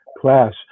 class